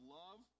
love